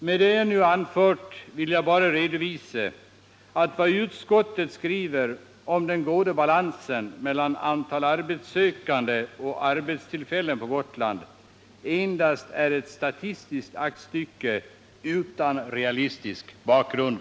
Med det jag nu anfört har jag bara velat redovisa att vad utskottet skriver om den goda balansen mellan antalet arbetssökande och antalet arbetstillfällen på Gotland är ett statistiskt aktstycke utan realistisk bakgrund.